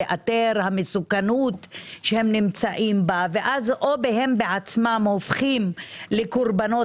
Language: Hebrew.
לאתר המסוכנות שהם נמצאים בה ואז או הם בעצמם הופכים לקורבנות